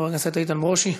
חבר הכנסת איתן ברושי,